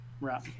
right